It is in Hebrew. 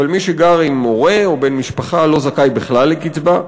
אבל מי שגר עם הורה או בן-משפחה לא זכאי בכלל לקצבה.